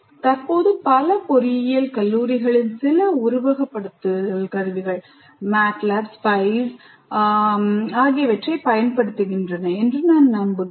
தற்போது பல பொறியியல் கல்லூரிகள் சில உருவகப்படுத்துதல் கருவிகள் MATLAB SPICE மற்றும் பலவற்றைப் பயன்படுத்துகின்றன என்று நான் நம்புகிறேன்